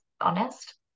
honest